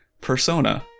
Persona